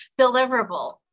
deliverable